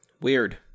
Weird